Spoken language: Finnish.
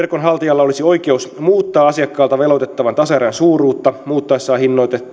olisi oikeus muuttaa asiakkaalta veloitettavan tasaerän suuruutta muuttaessaan